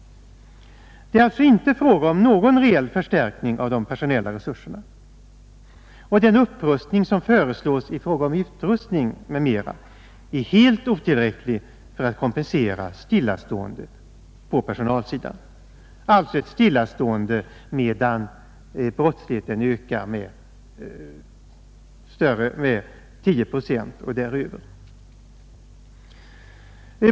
Det är alltså inte fråga om någon reell förstärkning av de personella resurserna. Och den upprustning som föreslås i fråga om utrustning m.m. är helt otillräcklig för att kompensera stillaståendet på personalsidan — alltså ett stillastående medan brottsligheten ökar med 10 procent eller därutöver.